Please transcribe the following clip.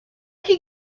could